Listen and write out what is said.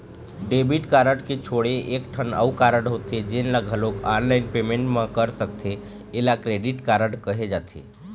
debit card के छोड़े एकठन अउ कारड होथे जेन ल घलोक ऑनलाईन पेमेंट म कर सकथे एला क्रेडिट कारड कहे जाथे